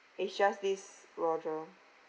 is just this roger